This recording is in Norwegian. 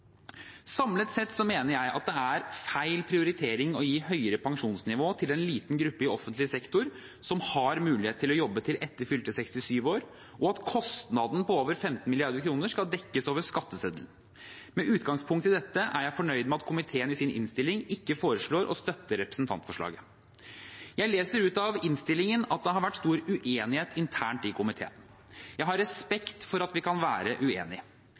Samlet sett mener jeg at det er feil prioritering å gi høyere pensjonsnivå til en liten gruppe i offentlig sektor som har mulighet til å jobbe til etter fylte 67 år, og at kostnaden på over 15 mrd. kr skal dekkes over skatteseddelen. Med utgangspunkt i dette er jeg fornøyd med at komiteen i sin innstilling ikke foreslår å støtte representantforslaget. Jeg leser ut av innstillingen at det har vært stor uenighet internt i komiteen. Jeg har respekt for at vi kan være uenige.